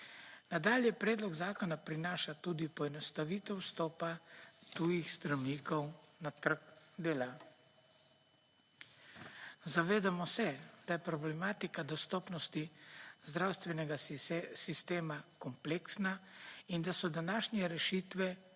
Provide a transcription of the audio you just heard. Nadalje predlog zakona prinaša tudi poenostavitev vstopa tujih zdravnikov na trg dela. Zavedamo se, da je problematika dostopnosti zdravstvenega sistema kompleksna in da so današnje rešitve